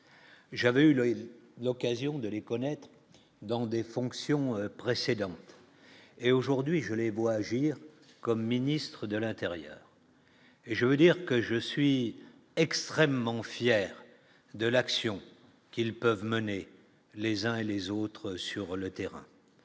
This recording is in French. J'avais eu le occasion de les connaître, dans des fonctions précédentes et aujourd'hui je les bois agir comme ministre de l'Intérieur. Et je veux dire que je suis extrêmement fier de l'action qu'ils peuvent mener les uns et les autres sur le terrain.